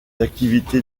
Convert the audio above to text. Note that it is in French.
activités